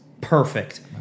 perfect